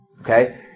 Okay